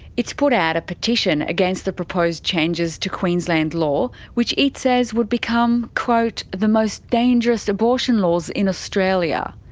it's put out a petition against the proposed changes to queensland law which it says would become quote, the most dangerous abortion laws in australia.